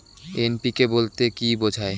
NPK বলতে কী বোঝায়?